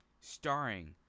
Starring